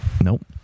Nope